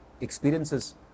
experiences